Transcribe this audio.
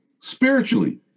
spiritually